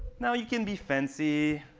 now you can be fancy,